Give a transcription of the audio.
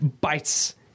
bites